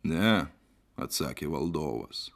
ne atsakė valdovas